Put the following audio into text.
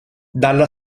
dalla